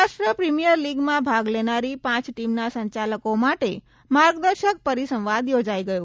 Saurashtra premier લીગમાં ભાગ લેનારી પાંચ ટીમના સંચાલકો માટે માર્ગદર્શક પરિસંવાદ યોજાઈ ગયો